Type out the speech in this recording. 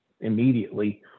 immediately